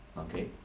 okay?